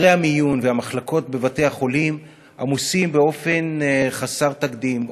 חדרי המיון והמחלקות בבתי-החולים עמוסים באופן חסר תקדים,